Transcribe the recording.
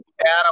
Adam